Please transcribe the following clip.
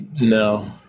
No